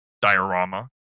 diorama